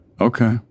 Okay